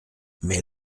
mais